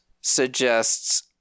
suggests